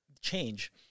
change